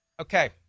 Okay